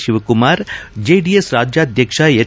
Shivakumar JDS ರಾಜ್ಯಾದ್ಯಕ್ಷ H